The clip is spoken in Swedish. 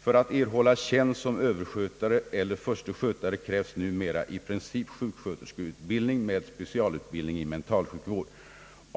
För att erhålla tjänst som överskötare eller förste skötare krävs numera i princip sjuksköterskeutbildning med specialutbildning i mentalsjukvård.